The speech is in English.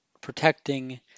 protecting